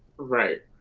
right.